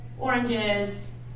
oranges